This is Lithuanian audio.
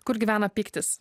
kur gyvena pyktis